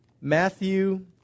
Matthew